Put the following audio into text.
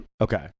Okay